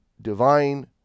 divine